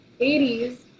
80s